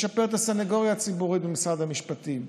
לשפר את הסנגוריה הציבורית במשרד המשפטים.